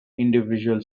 individual